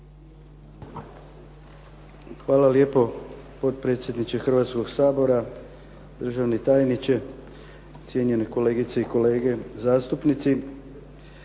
Hvala lijepo, potpredsjedniče Hrvatskoga sabora. Državni tajniče, cijenjene kolegice i kolege zastupnici.